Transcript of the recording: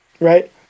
right